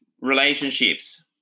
Relationships